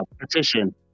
petition